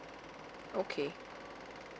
okay